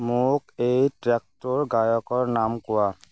মোক এই ট্ৰেকটোৰ গায়কৰ নাম কোৱা